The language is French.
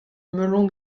melon